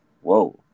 Whoa